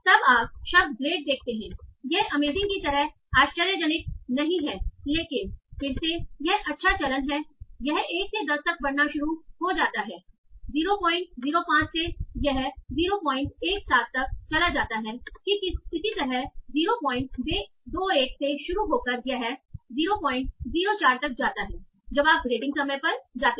तब आप शब्द ग्रेट देखते हैं यह अमेजिंग की तरह आश्चर्यजनक नहीं है लेकिन फिर से यह अच्छा चलन है यह 1 से 10 तक बढ़ना शुरू हो जाता है 005 से यह 017 तक चला जाता है कि इसी तरह 021 से शुरू होकर यह 004 तक जाता है जब आप रेटिंग समय पर जाते हैं